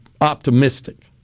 optimistic